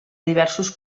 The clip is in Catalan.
diversos